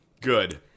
Good